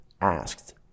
asked